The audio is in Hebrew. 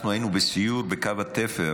אנחנו היינו בסיור בקו התפר,